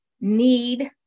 need